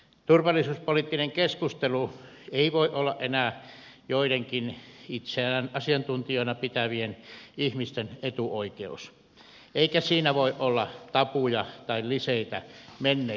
turvallisuuspoliittinen keskustelu ei voi olla enää joidenkin itseään asiantuntijoina pitävien ihmisten etuoikeus eikä siinä voi olla tabuja tai kliseitä menneiltä ajoilta